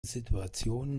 situationen